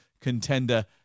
contender